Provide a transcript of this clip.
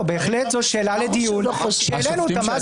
בהחלט זו שאלה לדיון שהעלינו, מה זה סותר בבירור.